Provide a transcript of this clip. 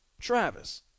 Travis